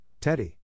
Teddy